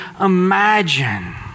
imagine